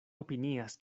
opinias